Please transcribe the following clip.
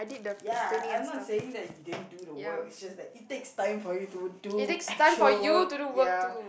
ya I I I'm not saying he didn't do the work it's just that it takes time for you to do actual work ya